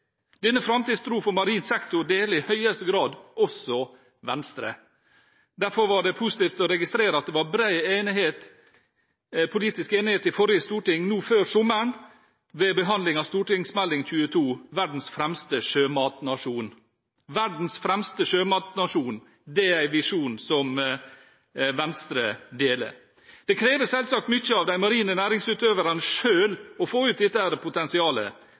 Denne framtidstro for marin sektor deler i høyeste grad også Venstre. Derfor var det positivt å registrere at det var bred politisk enighet i forrige storting nå før sommeren ved behandlingen av Meld. St. 22 for 2012–2013, Verdens fremste sjømatnasjon. Verdens fremste sjømatnasjon, det er en visjon som Venstre deler. Det krever selvsagt mye av de marine næringsutøverne selv å få ut dette potensialet,